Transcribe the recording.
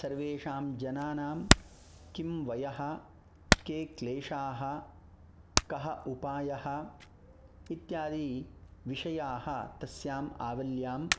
सर्वेषां जनानां किं वयः के क्लेशाः कः उपायः इत्यादि विषयाः तस्याम् आवल्यां